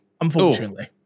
unfortunately